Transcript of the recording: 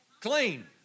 clean